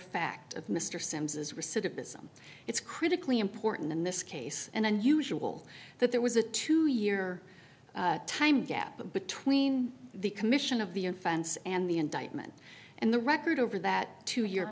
fact of mr sims as recidivism it's critically important in this case and usual that there was a two year time gap between the commission of the offense and the indictment and the record over that to your